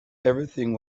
everything